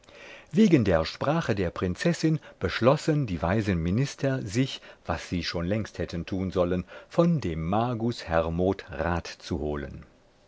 wegen der sprache der prinzessin beschlossen die weisen minister sich was sie schon längst hätten tun sollen von dem magus hermod rat zu holen